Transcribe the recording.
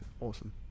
awesome